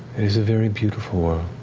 and it's a very beautiful world,